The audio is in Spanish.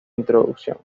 introducción